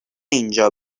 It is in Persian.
اینجا